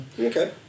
Okay